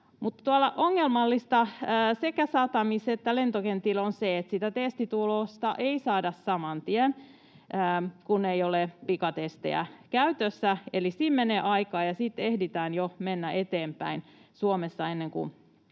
Ongelmallista sekä satamissa että lentokentillä on se, että sitä testitulosta ei saada saman tien, kun ei ole pikatestejä käytössä. Eli siinä menee aikaa, ja sitten ehditään jo mennä eteenpäin Suomessa ennen kuin